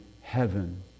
heaven